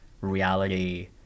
reality